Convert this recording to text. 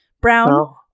Brown